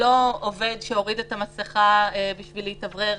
זה לא עובד שהוריד את המסיכה בשביל להתאוורר